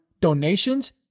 donations